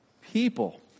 people